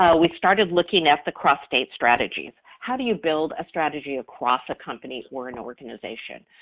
ah we started looking at the cross-state strategies. how do you build a strategy across a company or an organization?